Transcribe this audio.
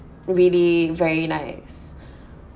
really very nice